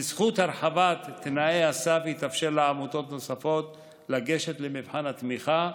בזכות הרחבת תנאי הסף התאפשר לעמותות נוספות לגשת למבחן התמיכה.